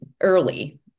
early